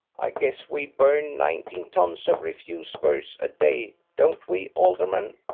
i guess we burn nineteen tons of refuse verse a day, don't we, alderman?